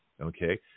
okay